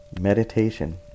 Meditation